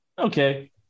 okay